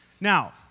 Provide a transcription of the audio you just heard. Now